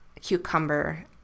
cucumber